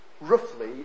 roughly